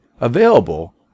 available